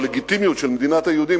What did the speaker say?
הלגיטימיות של מדינת היהודים,